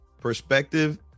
perspective